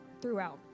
throughout